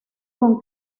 con